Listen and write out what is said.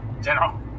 General